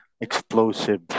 Explosive